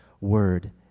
word